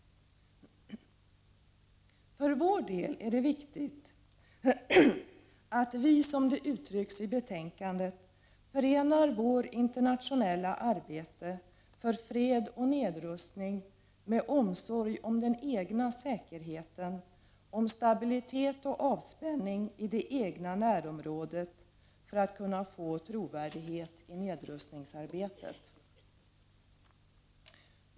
För vår del är det viktigt att vi, som det uttrycks i betänkandet, förenar vårt internationella arbete för fred och nedrustning med omsorg om den egna säkerheten, om stabilitet och avspänning i det egna närområdet för att kunna få trovärdighet i nedrustningsarbetet.